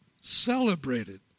celebrated